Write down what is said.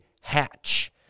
Hatch